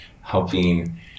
helping